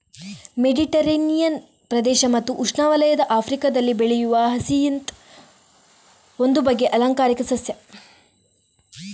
Mediterranean ಪ್ರದೇಶ ಮತ್ತು ಉಷ್ಣವಲಯದ ಆಫ್ರಿಕಾದಲ್ಲಿ ಬೆಳೆಯುವ ಹಯಸಿಂತ್ ಒಂದು ಬಗೆಯ ಆಲಂಕಾರಿಕ ಸಸ್ಯ